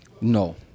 No